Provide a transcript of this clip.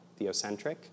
theocentric